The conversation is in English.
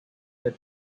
the